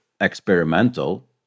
experimental